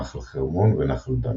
נחל חרמון ונחל דן.